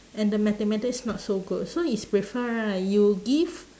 and the mathematics not so good so is prefer right you give